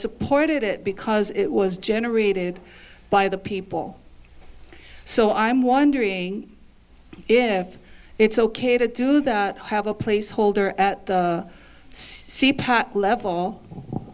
supported it because it was generated by the people so i'm wondering if it's ok to do that have a place holder at the c pot level